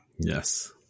Yes